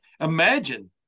Imagine